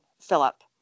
Philip